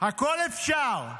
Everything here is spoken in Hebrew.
הכול אפשר.